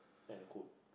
and a coat